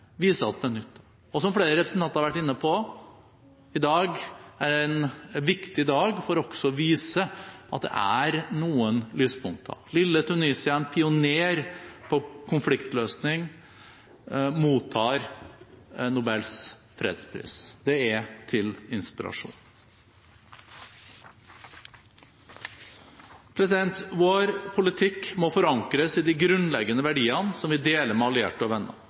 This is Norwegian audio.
viser at det nytter. Som flere representanter har vært inne på, er dagen i dag en viktig dag for også å vise at det er noen lyspunkter. Lille Tunisia, en pioner på konfliktløsning, mottar Nobels fredspris. Det er til inspirasjon. Vår politikk må forankres i de grunnleggende verdiene som vi deler med allierte og venner.